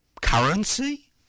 currency